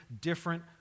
different